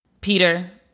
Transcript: peter